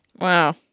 Wow